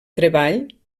treball